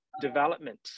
development